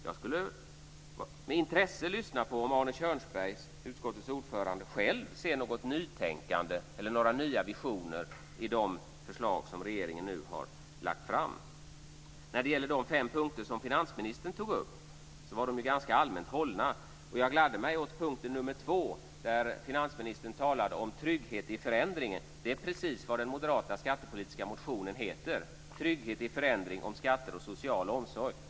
Jag skulle med intresse vilja höra om Arne Kjörnsberg, utskottets ordförande, själv ser något nytänkande eller några nya visioner i de förslag som regeringen nu har lagt fram. De fem punkter som finansministern tog upp var ganska allmänt hållna. Jag gladde mig åt punkten nummer två, där finansministern talade om trygghet i förändring. Det är precis vad den moderata skattepolitiska motionen heter; Trygghet i förändring - om skatter och social omsorg.